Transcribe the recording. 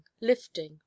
lifting